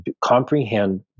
comprehend